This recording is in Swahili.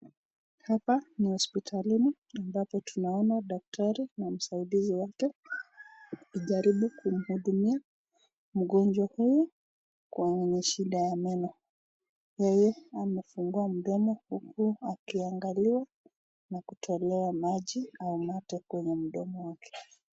Hapa ni hospitalini ambapo tunaona daktari na msaidizi wake wakijaribu kumhudumia mgonjwa huyu mwenye shida ya meno. Yeye anafungua mdomo huku akiangalia na kutolewa maji au mate kwenye mdomo wake.